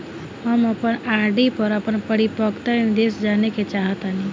हम अपन आर.डी पर अपन परिपक्वता निर्देश जानेके चाहतानी